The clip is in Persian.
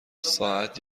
ساعت